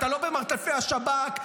אתה לא במרתפי השב"כ.